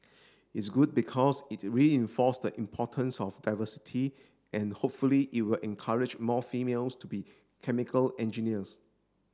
it's good because it reinforced the importance of diversity and hopefully it will encourage more females to be chemical engineers